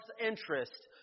interest